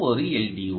இதுவும் ஒரு எல்